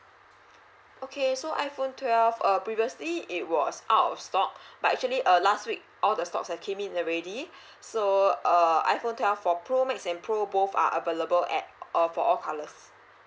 okay so iphone twelve uh previously it was out of stock but actually uh last week all the stocks have came in already so uh iphone twelve for pro max and pro both are available at all for all colours